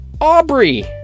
Aubrey